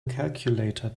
calculator